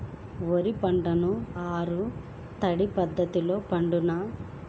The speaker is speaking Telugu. వరి పంట ఆరు తడి పద్ధతిలో పండునా?